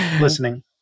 listening